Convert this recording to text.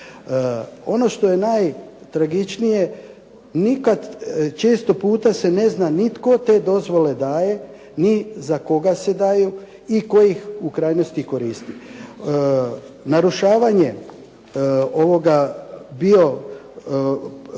Ono što je najtragičnije, često puta se ne zna ni tko te dozvole daje, ni za koga se daju i tko ih u krajnosti koristi.